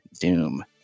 doom